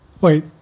Wait